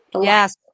Yes